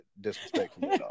disrespectful